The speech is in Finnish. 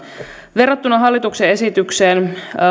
verrattuna hallituksen esitykseen